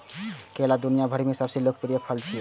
केला दुनिया भरि मे सबसं लोकप्रिय फल छियै